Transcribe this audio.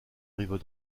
rive